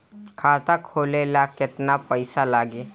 खाता खोले ला केतना पइसा लागी?